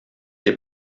les